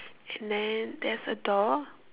and then there's a door